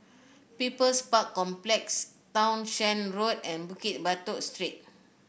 People's Park Complex Townshend Road and Bukit Batok Street